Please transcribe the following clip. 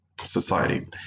society